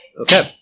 Okay